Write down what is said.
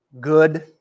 good